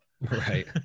Right